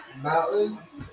Mountains